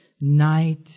night